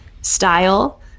style